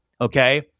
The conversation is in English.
Okay